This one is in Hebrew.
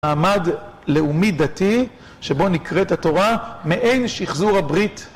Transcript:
מעמד לאומי דתי, שבו נקראת התורה מאין שחזור הברית.